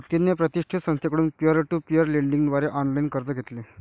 जतिनने प्रतिष्ठित संस्थेकडून पीअर टू पीअर लेंडिंग द्वारे ऑनलाइन कर्ज घेतले